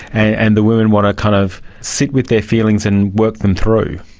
and the women want to kind of sit with their feelings and work them through?